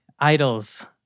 Idols